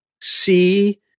see